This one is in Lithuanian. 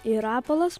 ir rapolas